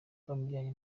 bamujyanye